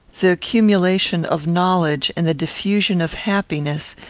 the accumulation of knowledge, and the diffusion of happiness,